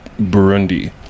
burundi